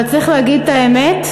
אבל צריך להגיד את האמת,